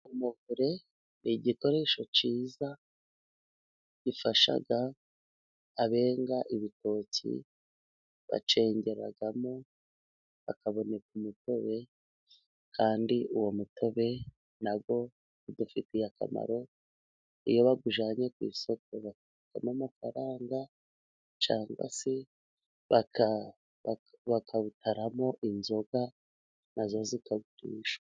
Umuvure ni igikoresho cyiza, gifasha abenga ibitoki bawengeramo hakaboneka imitobe, kandi uwo mutobe nawo udufitiye akamaro iyo bawujyanye ku isoko, babonamoamafaranga cyangwa se bakawutaramo inzoga nazo zikagurishwa.